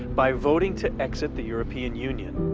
by voting to exit the european union.